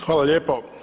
Hvala lijepo.